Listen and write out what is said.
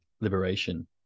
liberation